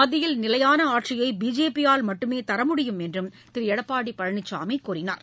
மத்தியில் நிலையானஆட்சியைபிஜேபியால் மட்டுமேதரமுடியும் என்றும் திருளடப்பாடிபழனிசாமிகூறினார்